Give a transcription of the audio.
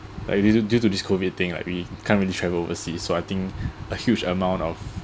but due to due to this COVID thing like we can't really travel overseas so I think a huge amount of